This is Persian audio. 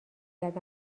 کرد